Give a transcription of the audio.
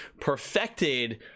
perfected